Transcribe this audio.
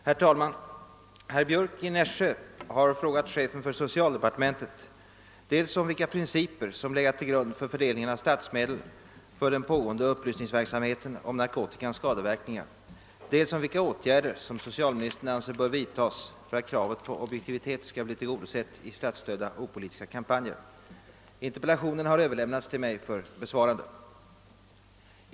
Herr talman! Herr Björck i Nässjö har frågat chefen för socialdepartementet dels om vilka principer som legat till grund för fördelningen av statsmedel för den pågående upplysningsverksamheten om narkotikans skadeverkningar, dels om vilka åtgärder som socialministern anser bör vidtas för att kravet på objektivitet skall bli tillgodosett i statsstödda opolitiska kampanjer. Interpellationen har överlämnats till mig för besvarande.